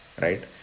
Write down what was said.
right